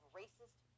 racist